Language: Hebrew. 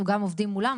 אנחנו גם עובדים מולם,